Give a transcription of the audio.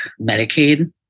Medicaid